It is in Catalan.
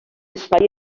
espai